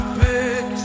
pick